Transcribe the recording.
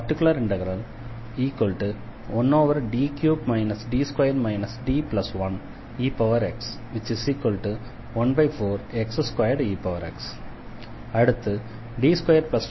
particular integral 1D3 D2 D1ex 14x2ex அடுத்து D2D5y3